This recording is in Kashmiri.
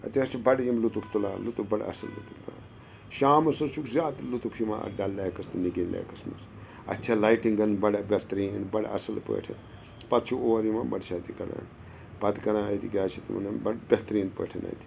تتہِ حظ چھِ بَڑٕ یِم لُطُف تُلان لُطف بَڑٕ اَصٕل لُطُف تُلان شامَس حظ چھُکھ زیادٕ لطُف یِوان اَتھ ڈل لیکَس تہٕ نِگیٖن لیکَس منٛز اَتھ چھےٚ لایٹِنٛگ بَڑٕ بہتریٖن بَڑٕ اَصٕل پٲٹھۍ پَتہٕ چھِ اور یِوان بَڑٕ چھِ اَتہِ یہِ کَڑان پَتہٕ کَران اَتہِ کیٛاہ چھِ اَتھ ونان بَڑٕ بہتریٖن پٲٹھۍ اَتہِ